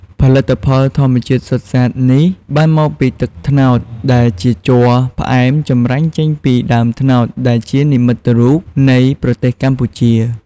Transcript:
ផលិតផលធម្មជាតិសុទ្ធសាធនេះបានមកពីទឹកត្នោតដែលជាជ័រផ្អែមចម្រាញ់ចេញពីដើមត្នោត ដែលជានិមិត្តរូបនៃប្រទេសកម្ពុជា។